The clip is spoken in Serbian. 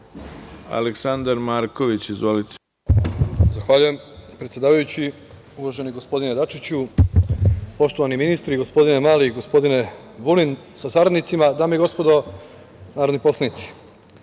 **Aleksandar Marković** Zahvaljujem, predsedavajući. Uvaženi gospodine Dačiću, poštovani ministri, gospodine Mali i gospodine Vulin sa saradnicima, dame i gospodo narodni poslanici,